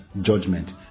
judgment